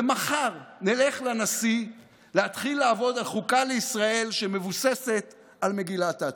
ומחר נלך לנשיא להתחיל לעבוד על חוקה לישראל שמבוססת על מגילת העצמאות.